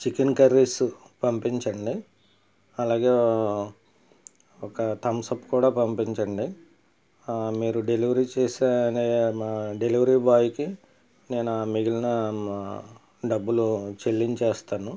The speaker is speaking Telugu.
చికెన్ కర్రీస్ పంపించండి అలాగే ఒక థమ్సప్ కూడా పంపించండి ఆ మీరు డెలివరీ చేసే ఆ డెలివరీ బాయ్కి నేను మిగిలిన డబ్బులు చెల్లించేస్తాను